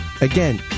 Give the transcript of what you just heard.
again